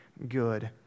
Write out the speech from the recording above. Good